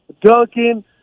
Duncan